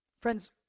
Friends